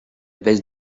baisse